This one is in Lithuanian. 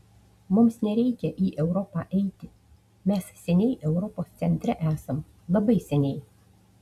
mums nereikia į europą eiti mes seniai europos centre esam labai seniai